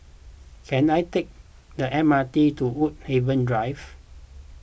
can I take the M R T to Woodhaven Drive